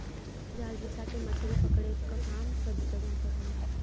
जाल बिछा के मछरी पकड़े क काम सब जगह पर होला